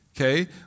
Okay